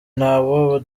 ntabo